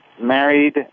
married